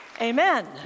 amen